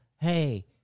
hey